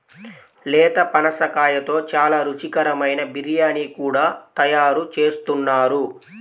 లేత పనసకాయతో చాలా రుచికరమైన బిర్యానీ కూడా తయారు చేస్తున్నారు